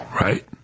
right